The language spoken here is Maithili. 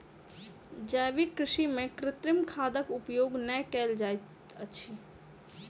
जैविक कृषि में कृत्रिम खादक उपयोग नै कयल जाइत अछि